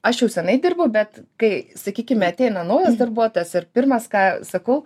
aš jau senai dirbau bet kai sakykime ateina naujas darbuotojas ir pirmas ką sakau